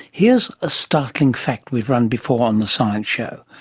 here's a startling fact we've run before on the science show.